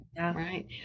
Right